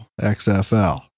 XFL